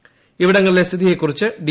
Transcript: ക്രഇപ്പിടങ്ങളിലെ സ്ഥിതിയെക്കുറിച്ച് ഡി